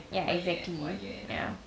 ya exactly ya